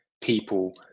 people